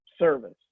service